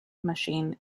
machine